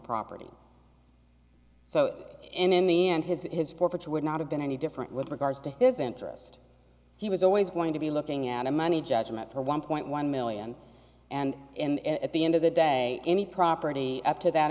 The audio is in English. property so in the end his his fortune would not have been any different with regards to this interest he was always going to be looking at a money judgment for one point one million and and at the end of the day any property up to that